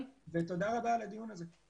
תודה רבה על הדיון הזה.